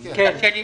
היושב-ראש,